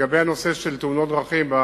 לגבי נושא תאונות דרכים,